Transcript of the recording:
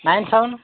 nine seven